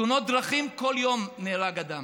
בתאונות דרכים כל יום נהרג אדם,